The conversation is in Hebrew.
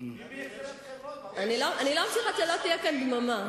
אני לא ממשיכה עד שלא תהיה כאן דממה.